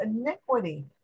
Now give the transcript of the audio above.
iniquity